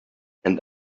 and